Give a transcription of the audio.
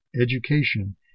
education